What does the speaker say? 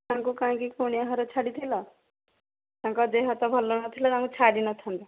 ତାଙ୍କୁ କାହିଁକି କୁଣିଆ ଘରେ ଛାଡ଼ିଥିଲ ତାଙ୍କ ଦେହ ତ ଭଲ ନଥିଲା ତାଙ୍କୁ ଛାଡ଼ି ନଥାନ୍ତ